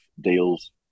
deals